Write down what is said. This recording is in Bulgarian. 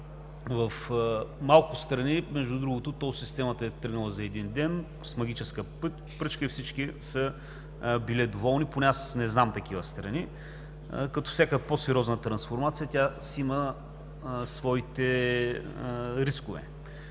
в малко страни, между другото, тол системата е тръгнала за един ден, с магическа пръчка и всички са били доволни. Поне аз не зная такива страни. Като по-сериозна трансформация тя си има своите рискове.